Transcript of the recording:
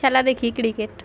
খেলা দেখি ক্রিকেট